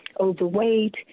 overweight